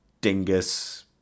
dingus